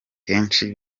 kenshi